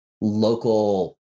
local